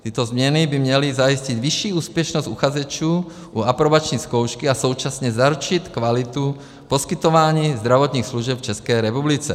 Tyto změny by měly zajistit vyšší úspěšnost uchazečů u aprobační zkoušky a současně zaručit kvalitu poskytování zdravotních služeb v České republice.